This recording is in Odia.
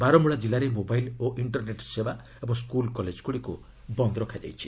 ବାରମୂଳା ଜିଲ୍ଲାରେ ମୋବାଇଲ୍ ଓ ଇଣ୍ଟରନେଟ୍ ସେବା ଏବଂ ସ୍କୁଲ୍ କଲେଜଗୁଡ଼ିକୁ ବନ୍ଦ୍ ରଖାଯାଇଛି